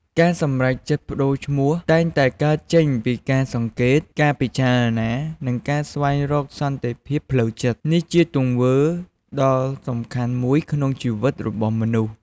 ការសម្រេចចិត្តប្ដូរឈ្មោះតែងតែកើតចេញពីការសង្កេត ការពិចារណា និងការស្វែងរកសន្តិភាពផ្លូវចិត្ត។ នេះជាទង្វើដ៏សំខាន់មួយក្នុងជីវិតរបស់មនុស្ស។